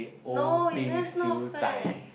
no in there's not fair